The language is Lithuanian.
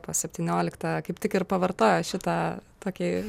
po septyniolikta kaip tik ir pavartojo šitą tokį